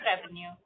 revenue